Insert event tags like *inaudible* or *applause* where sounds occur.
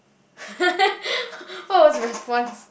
*laughs* what was the response